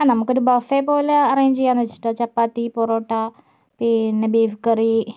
ആ നമുക്ക് ഒരു ബൊഫേ പോലെ അറേഞ്ച് ചെയ്യാം എന്ന് വെച്ചിട്ടാ ചപ്പാത്തി പൊറോട്ട പിന്നെ ബീഫ് കറി